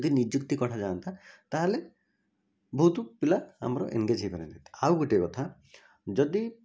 ଯଦି ନିଯୁକ୍ତି କଢ଼ାଯାନ୍ତା ତାହାଲେ ବହୁତ ପିଲା ଆମର ଏନ୍ଗେଜ ହୋଇପାରନ୍ତେ ଆଉ ଗୋଟିଏ କଥା ଯଦି